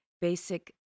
basic